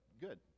good